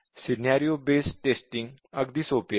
scenario based testing अगदी सोपे आहे